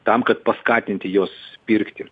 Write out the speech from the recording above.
tam kad paskatinti juos pirkti